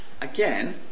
again